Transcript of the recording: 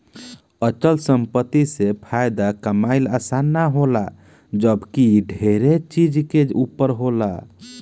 अचल संपत्ति से फायदा कमाइल आसान ना होला जबकि इ ढेरे चीज के ऊपर होला